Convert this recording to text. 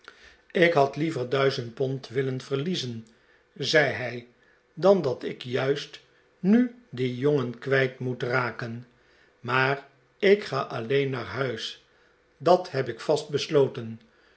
ik had liever duizend pond willen veriiezen zei hij dan dat ik juist nu dien jongen kwijt moet raken maar ik ga alleen naar huis dat heb ik vast besloten